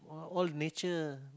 all nature